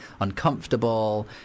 uncomfortable